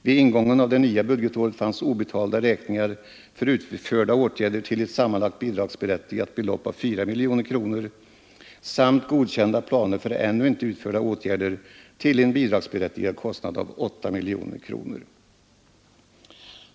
Vid ingången av det nya budgetåret fanns obetalda räkningar för utförda åtgärder till ett sammanlagt bidragsberättigat belopp av 4 miljoner kronor samt godkända planer för ännu inte utförda åtgärder till en bidragsberättigad kostnad av 8 miljoner kronor.